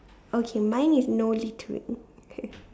okay mine is no littering okay